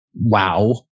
wow